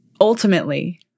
ultimately